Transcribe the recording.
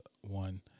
one